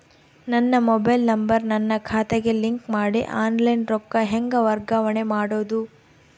ನನ್ನ mobile number ನನ್ನ ಖಾತೆಗೆ ಲಿಂಕ್ ಮಾಡಿ ಆನ್ಲೈನ್ ರೊಕ್ಕ ಹೆಂಗ ವರ್ಗಾವಣೆ ಮಾಡೋದು?